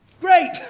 great